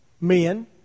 men